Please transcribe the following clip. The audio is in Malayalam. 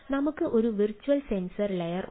നമുക്ക് ഒരു വെർച്വൽ സെൻസർ ലെയർ ഉണ്ട്